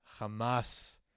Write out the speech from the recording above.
Hamas